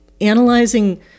analyzing